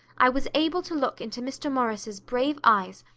i was able to look into mr. morris's brave eyes,